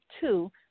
two